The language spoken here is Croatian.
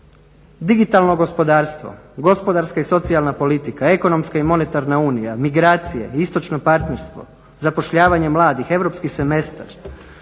Digitalno gospodarstvo, gospodarska i socijalna politika, ekonomska i monetarna unija, migracije, istočno partnerstvo, zapošljavanje mladih, europski semestar.